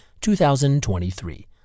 2023